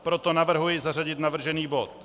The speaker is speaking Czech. Proto navrhuji zařadit navržený bod.